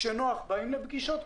כשנוח באים לפגישות,